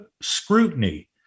scrutiny